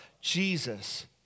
Jesus